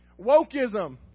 Wokeism